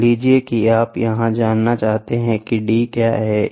मान लीजिए कि आप यह जानना चाहते हैं कि d क्या है